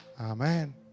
Amen